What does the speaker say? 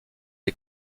est